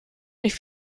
nicht